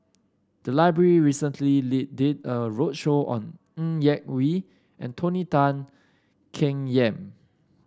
the library recently did a roadshow on Ng Yak Whee and Tony Tan Keng Yam